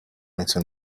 return